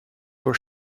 for